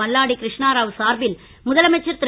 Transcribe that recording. மல்லாடி கிருஷ்ணாராவ் சார்பில் முதலமைச்சர் திரு